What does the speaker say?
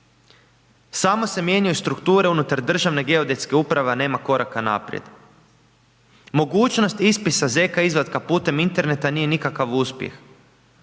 Samo se mijenjaju strukture unutar državne geodetske uprave, a nema koraka naprijed. Mogućnost ispisa ZK izvadak putem interneta nije nikakav uspjeh,